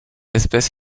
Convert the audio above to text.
espèce